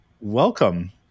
Welcome